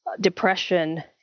depression